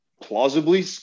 plausibly